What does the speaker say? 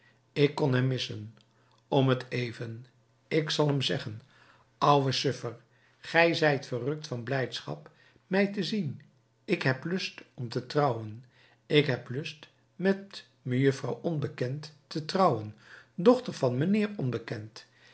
ik kon hem missen om t even ik zal hem zeggen oude suffer gij zijt verrukt van blijdschap mij te zien ik heb lust om te trouwen ik heb lust met mejuffrouw onbekend te trouwen dochter van mijnheer onbekend